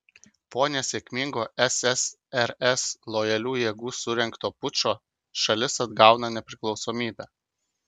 po nesėkmingo ssrs lojalių jėgų surengto pučo šalis atgauna nepriklausomybę